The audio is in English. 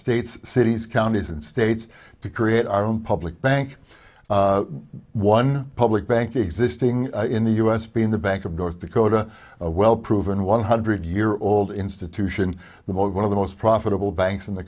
states cities counties and states to create our own public bank one public bank existing in the us being the bank of north dakota well proven one hundred year old institution the most one of the most profitable banks in the